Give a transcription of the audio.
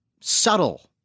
subtle